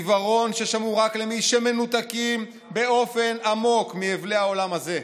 עיוורון ששמור רק למי שמנותקים באופן עמוק מהבלי העולם הזה.